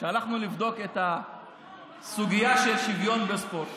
כשהלכנו לבדוק את הסוגיה של שוויון בספורט